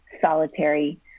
solitary